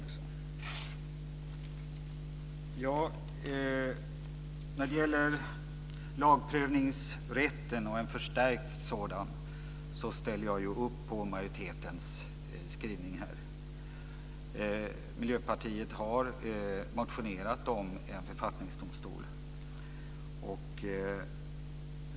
Jag ställer upp på majoritetens skrivning om en förstärkt lagprövningsrätt. Miljöpartiet har motionerat om en författningsdomstol.